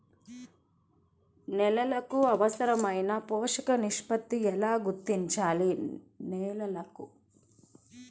నేలలకు అవసరాలైన పోషక నిష్పత్తిని ఎలా గుర్తించాలి?